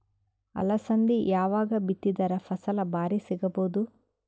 ಅಲಸಂದಿ ಯಾವಾಗ ಬಿತ್ತಿದರ ಫಸಲ ಭಾರಿ ಸಿಗಭೂದು?